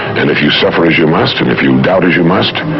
and if you suffer as you must, and if you doubt as you must,